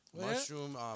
Mushroom